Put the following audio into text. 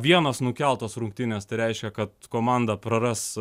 vienos nukeltos rungtynės tai reiškia kad komanda praras